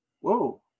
whoa